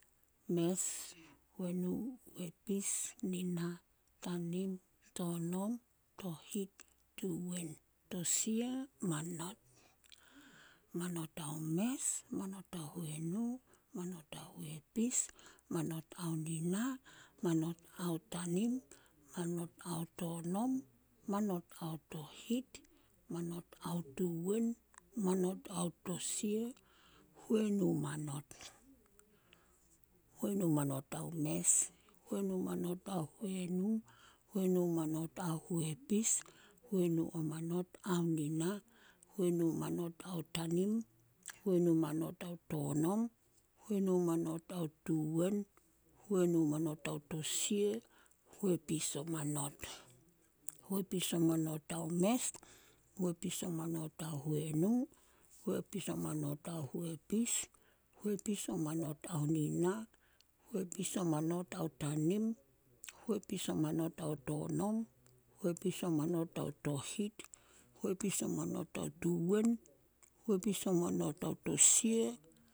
﻿Mes, huenu, huepis, nina, tanim, tonom, tohit, tuwen, tosia, manot. Manot ao mes, manit ao huenu, manot ao huepis, manot ao nina, manot ao tanim, manot ao tonom, manot ao tohit, manot ao tuwen, manot ao tosia, huenu manot. Huenu manot ao mes, huenu manot ao huenu, huenu manot au huepis, huenu manot ao nina, huenu manot ai tanim, huenu manot ao tonom, huenu manot au tuwen, huenu manot ao tosia, huepis o manot. Huepis o manot ao mes, huepis o manot ao huenu, huepis o manot ao huepis, huepis o manot ao nina, huepis o manot ao tanim, huepis o manot ao tonom, huepis o manot ao tohit, huepis o manot ao tuwen, huepis o manot ao tosia